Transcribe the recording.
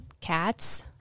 Cats